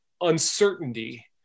uncertainty